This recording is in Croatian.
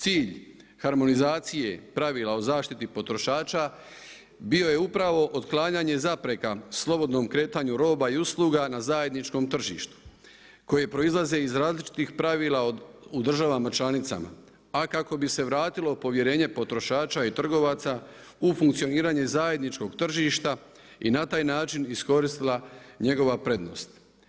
Cilj harmonizacije pravila o zaštiti potrošača bio je upravo otklanjanje zapreka slobodnom kretanju roba i usluga na zajedničkom tržištu koje proizlaze iz različitih pravila u državama članicama, a kako se vratilo povjerenje potrošača i trgovaca u funkcioniranje zajedničkog tržišta i na taj način iskoristila njegova prednost.